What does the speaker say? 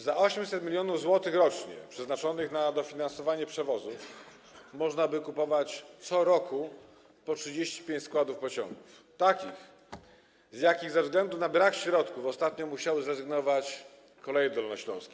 Za 800 mln zł rocznie przeznaczonych na dofinansowanie przewozów można by kupować co roku po 35 składów pociągów, z jakich ze względu na brak środków ostatnio musiały zrezygnować Koleje Dolnośląskie.